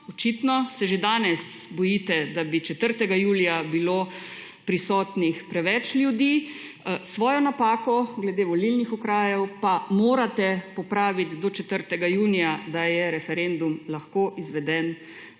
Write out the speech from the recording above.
Očitno se že danes bojite, da bi 4. julija bilo prisotnih preveč ljudi, svojo napako glede volilnih okrajev pa morate popraviti do 4. junija, da je referendum lahko izveden